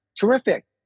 terrific